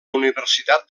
universitat